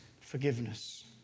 forgiveness